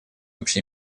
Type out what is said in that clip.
общей